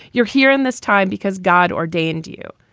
you're here in this time because god ordained you.